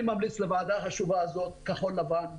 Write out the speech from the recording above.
אני ממליץ היום לוועדה החשובה הזו כחול לבן.